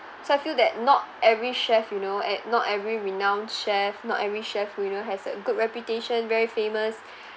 so I feel that not every chef you know and not every renowned chefs not every chef we know has a good reputation very famous